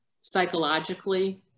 psychologically